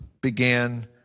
began